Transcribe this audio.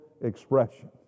expression